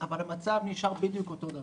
אבל המצב נשאר בדיוק אותו דבר,